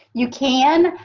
you can,